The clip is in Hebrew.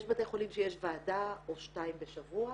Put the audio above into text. יש בתי חולים שיש ועדה או שתיים בשבוע,